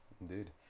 Indeed